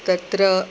तत्र